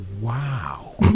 wow